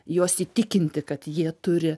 juos įtikinti kad jie turi